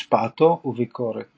השפעתו וביקורת